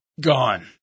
gone